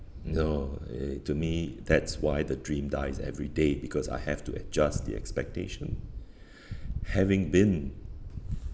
no it to me that's why the dream dies every day because I have to adjust the expectation having been